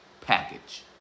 package